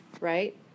right